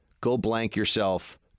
go-blank-yourself